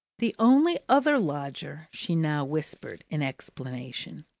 the only other lodger, she now whispered in explanation,